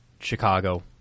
Chicago